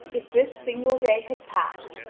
if this single day had passed,